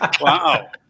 Wow